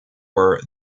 were